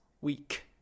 week